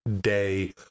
day